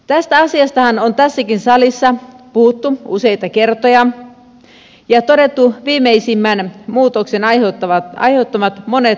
tästä asiastahan on tässäkin salissa puhuttu useita kertoja ja todettu viimeisimmän muutoksen aiheuttamat monet ongelmat